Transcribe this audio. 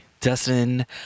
Dustin